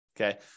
okay